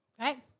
Right